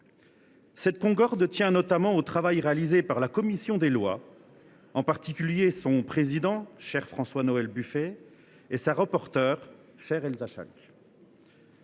Cette concorde tient notamment au travail réalisé par la commission des lois, et en particulier par son président, François Noël Buffet, et par sa rapporteure, Elsa Schalck.